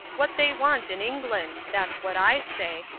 what they want in england? that's what i say.